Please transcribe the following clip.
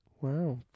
wow